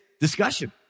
discussion